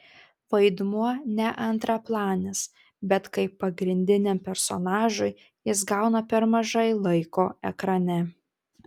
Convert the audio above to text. vaidmuo ne antraplanis bet kaip pagrindiniam personažui jis gauna per mažai laiko ekrane